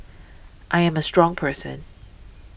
I am a strong person